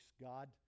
God